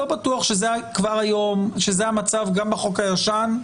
אני לא בטוח שזה המצב גם בחוק הישן,